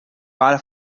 para